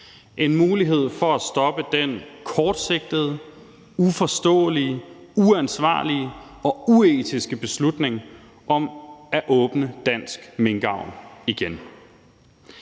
en mulighed for at stoppe den kortsigtede, uforståelige, uansvarlige og uetiske beslutning om at åbne dansk minkavl igen.